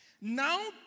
Now